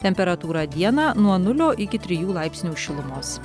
temperatūra dieną nuo nulio iki trijų laipsnių šilumos